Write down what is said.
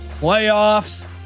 playoffs